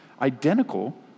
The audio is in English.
identical